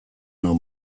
nau